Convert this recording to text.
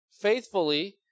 faithfully